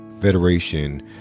federation